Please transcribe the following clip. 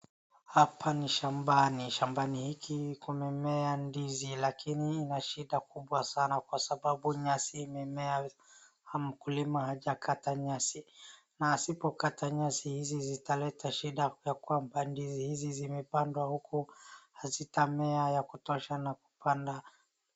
hapa ni shambani , shambani hiki kumemea ndizi lakini ina shida kubwa sana kwa sababu nyasi imemea na mkulima hajakata nyasi na asipokata nyasi hizi zitaleta shida ya kuwa ndizi hizi zimepandwa huku hazitamea ya kutosha .